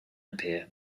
appear